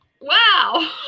Wow